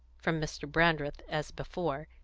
from mr. brandreth, as before,